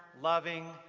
loving,